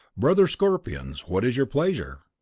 brother scorpions, what is your pleasure?